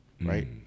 right